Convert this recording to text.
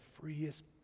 freest